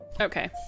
okay